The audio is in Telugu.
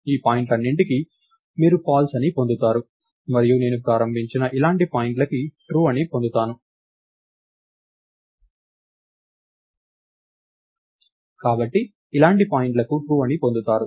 ఈ పాయింట్లన్నింటికీ మీరు ఫాల్స్ అని పొందుతారు మరియు నేను ప్రారంభించిన ఇలాంటి పాయింట్లకి ట్రూ అని పొందుతాను కాబట్టి ఇలాంటి పాయింట్లకి ట్రూ అని పొందుతారు